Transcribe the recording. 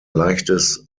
leichtes